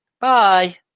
Bye